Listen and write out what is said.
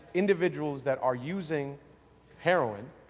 individuals that are using heroin,